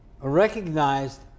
recognized